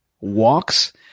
walks